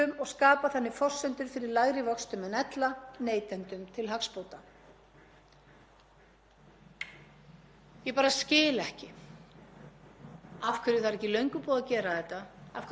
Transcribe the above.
af hverju það er ekki löngu búið að gera þetta, af hverju það er ekki löngu búið að afnema þennan dragbít á íslenskt efnahagskerfi. Ég bara næ því ekki.